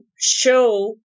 show